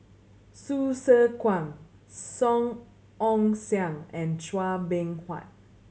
Hsu Tse Kwang Song Ong Siang and Chua Beng Huat